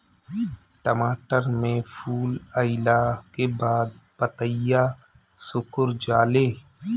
टमाटर में फूल अईला के बाद पतईया सुकुर जाले?